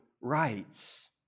rights